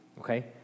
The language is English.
Okay